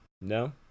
no